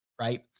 right